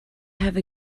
have